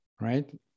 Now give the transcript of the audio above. right